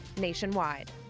nationwide